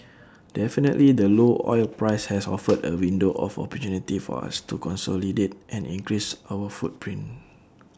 definitely the low oil price has offered A window of opportunity for us to consolidate and increase our footprint